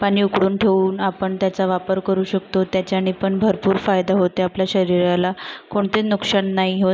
पाणी उकळून ठेऊन आपण त्याचा वापर करू शकतो त्याच्याने पण भरपूर फायदा होते आपल्या शरीराला कोणते नुकसान नाही होत